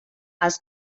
els